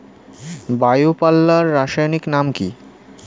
Bio পাল্লার রাসায়নিক নাম কি?